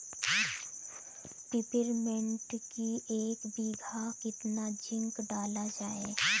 Peppermint की एक बीघा कितना जिंक डाला जाए?